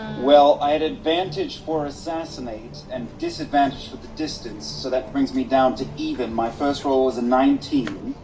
well, i had advantage for assassinate, and disadvantage for the distance, so that brings me down to even. my first roll was a nineteen,